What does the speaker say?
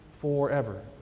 forever